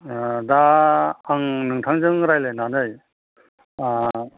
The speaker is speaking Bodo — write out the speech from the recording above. ओ दा आं नोंथांजों रायज्लायनानै ओ